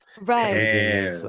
Right